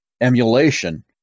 emulation